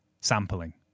sampling